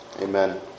Amen